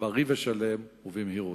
בריא ושלם ובמהירות.